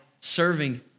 serving